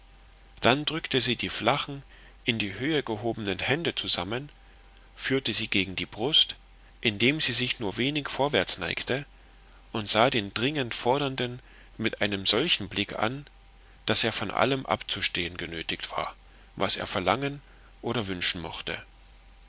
dann drückte sie die flachen in die höhe gehobenen hände zusammen führte sie gegen die brust indem sie sich nur wenig vorwärts neigte und sah den dringend fordernden mit einem solchen blick an daß er von allem abzustehen genötigt war was er verlangen oder wünschen mochte